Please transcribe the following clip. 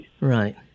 Right